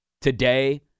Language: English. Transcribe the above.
today